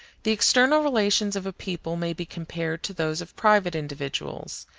the external relations of a people may be compared to those of private individuals,